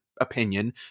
opinion